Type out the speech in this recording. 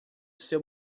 seu